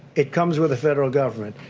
it comes with the federal government.